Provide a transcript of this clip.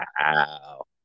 wow